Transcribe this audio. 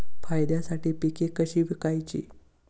फायद्यासाठी पिके कशी विकायची?